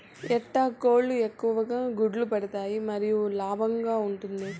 ఎట్లాంటి కోళ్ళు ఎక్కువగా గుడ్లు పెడతాయి మరియు లాభంగా ఉంటుంది?